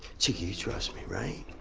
cheeky, you trust me, right?